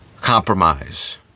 compromise